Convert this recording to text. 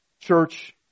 Church